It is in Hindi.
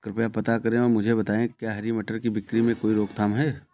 कृपया पता करें और मुझे बताएं कि क्या हरी मटर की बिक्री में कोई रोकथाम है?